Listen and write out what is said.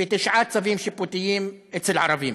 ותשעה צווים שיפוטיים אצל ערבים.